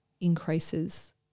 increases